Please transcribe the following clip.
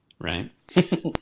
Right